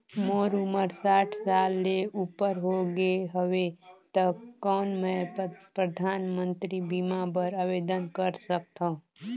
मोर उमर साठ साल ले उपर हो गे हवय त कौन मैं परधानमंतरी बीमा बर आवेदन कर सकथव?